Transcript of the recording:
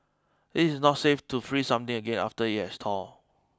it is not safe to freeze something again after it has thawed